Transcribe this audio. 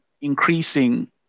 increasing